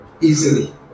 easily